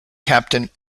captain